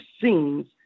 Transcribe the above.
scenes